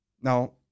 Now